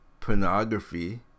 pornography